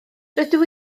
rydw